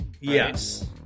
yes